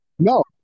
No